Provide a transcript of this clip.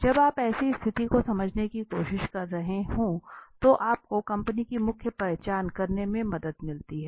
जब आप ऐसी स्थिति को समझने की कोशिश कर रहे हों तो आपको कंपनी की मुख्य पहचान करने में मदद मिलती है